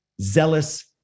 zealous